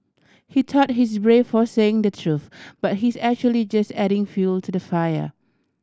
he thought he's brave for saying the truth but he's actually just adding fuel to the fire